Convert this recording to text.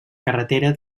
carretera